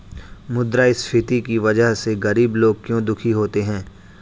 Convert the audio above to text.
मुद्रास्फीति की वजह से गरीब लोग क्यों दुखी होते हैं?